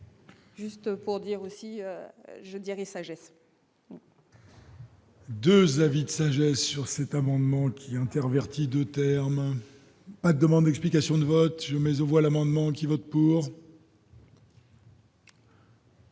Juste pour dire aussi je dirais sagesse. 2 avis de sagesse sur cette amendement qui interverti 2 termes. La demande explication de vote mais on voit l'amendement qui vote pour.